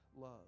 love